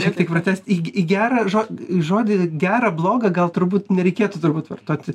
šiek tiek pratęsti į į gerą žodį žodį gera bloga gal turbūt nereikėtų turbūt vartoti